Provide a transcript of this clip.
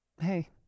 hey